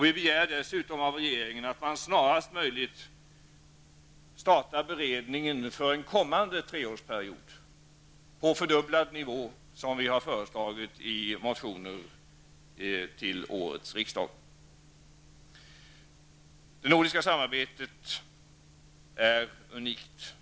Vi begär dessutom av regeringen att man snarast möjligt startar beredningen för kommande treårsperiod på fördubblad nivå. Det har vi föreslagit i motioner till årets riksdag. Det nordiska samarbetet är unikt.